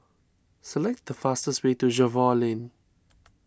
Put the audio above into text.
select the fastest way to Jervois Lane